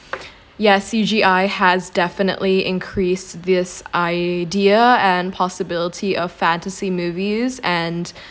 yeah C_G_I has definitely increased this idea and possibility of fantasy movies and